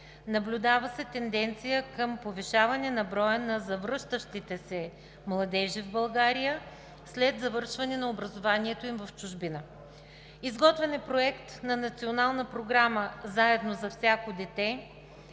Наблюдава се тенденция към повишаване на броя на завръщащите се младежи в България след завършване на образованието им в чужбина. Изготвен е Проект на национална програма „Заедно за всяко дете“